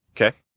Okay